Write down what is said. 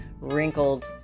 wrinkled